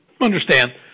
understand